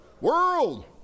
world